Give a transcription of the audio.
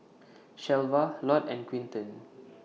Shelva Lott and Quinton